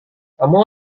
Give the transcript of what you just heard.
kamu